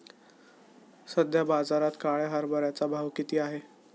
सध्या बाजारात काळ्या हरभऱ्याचा भाव किती आहे?